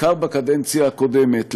בעיקר בקדנציה הקודמת לשיח,